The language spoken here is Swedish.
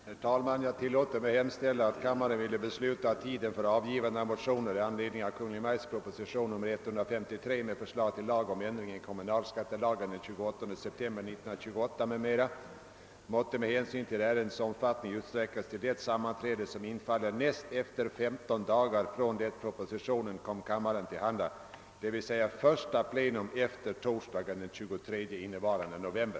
Herr talman! Jag tillåter mig hemställa, att kammaren ville besluta, att tiden för avgivande av motioner i anledning av Kungl. Maj:ts proposition nr 153, med förslag till lag om ändring i kommunalskattelagen den 28 september 1928 , m.m., måtte med hänsyn till ärendets omfattning utsträckas till det sammanträde som infaller näst efter femton dagar från det propositionen kom kammaren till handa, d. v. s. första plenum efter torsdagen den 23 innevarande november.